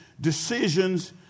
decisions